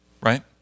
Right